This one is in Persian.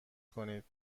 کنید